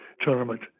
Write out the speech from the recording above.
tournament